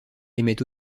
aimait